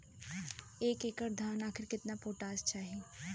एक एकड़ धान खातिर केतना पोटाश चाही?